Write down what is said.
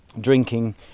drinking